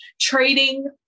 trading